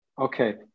Okay